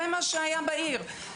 זה מה שהיה בעיר.